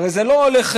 הרי זה לא הולך